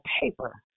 paper